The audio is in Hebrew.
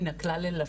כבוד היושבת הראש,